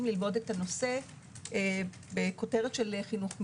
ללמוד את הנושא בכותרת של חינוך מיני.